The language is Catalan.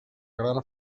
gran